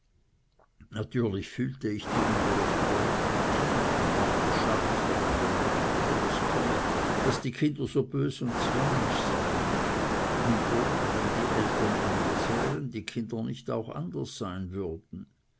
natürlich fühlte ich die ungerechte handlung tief und dachte scharf darüber nach woher es komme daß die kinder so bös und zwängisch seien und ob wenn die eltern anders wären die kinder nicht auch anders sein würden